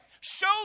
show